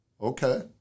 okay